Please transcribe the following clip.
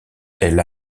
elle